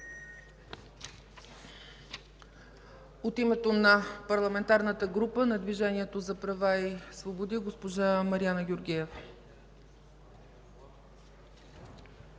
От името на Парламентарната група на Движението за права и свободи – госпожа Мариана Георгиева.